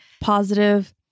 positive